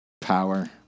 Power